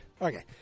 Okay